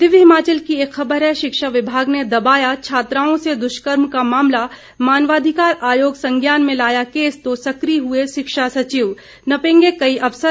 दिव्य हिमाचल की एक खबर है शिक्षा विभाग ने दबाया छात्राओं से दुष्कर्म का मामला मानवाधिकार आयोग संज्ञान में लाया केस तो सकिय हुए शिक्षा सचिव नपेंगे कई अफसर